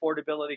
affordability